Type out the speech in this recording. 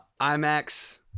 IMAX